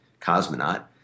cosmonaut